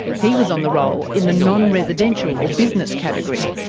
he was on the roll in the non-residential or business category.